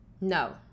No